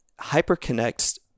HyperConnect's